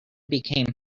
became